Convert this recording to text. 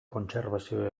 kontserbazio